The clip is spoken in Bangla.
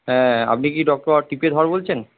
হ্যাঁ আপনি কি ডক্টর টি কে ধর বলছেন